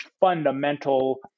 fundamental